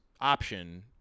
option